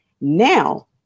Now